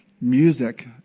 music